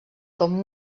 com